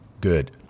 Good